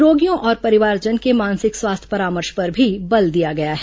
रोगियों और परिवारजन के मानसिक स्वास्थ्य परामर्श पर भी बल दिया गया है